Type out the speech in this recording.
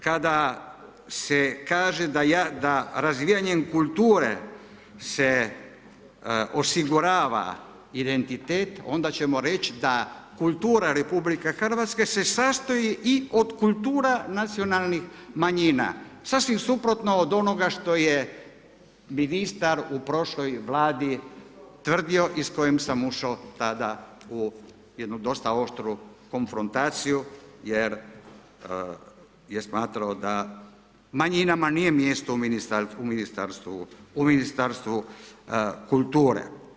Kada se kaže da razvijanjem kulture se osigurava identitet, onda ćemo reć da kultura RH se sastoji i od kulturu nacionalnih manjina, sa svim suprotno od onoga što je ministar u prošloj vladi tvrdio i s kojim sam ušao tada u jednu dosta oštru konfrontaciju jer je smatrao da manjinama nije mjesto u Ministarstvu kulture.